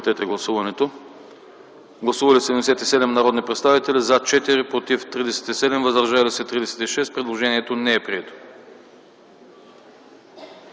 Гласували 77 народни представители: за 4, против 37, въздържали се 36. Предложението не е прието.